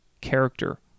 character